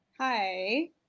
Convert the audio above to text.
Hi